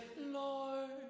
Lord